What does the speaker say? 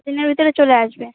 দু দিনের ভিতরে চলে আসবে